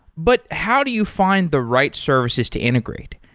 but how do you find the right services to integrate?